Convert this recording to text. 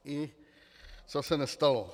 I co se nestalo.